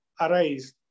arise